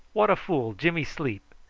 what a fool jimmy sleep.